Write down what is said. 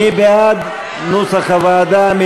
מי בעד נוסח הוועדה?